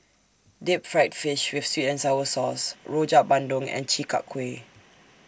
Deep Fried Fish with Sweet and Sour Sauce Rojak Bandung and Chi Kak Kuih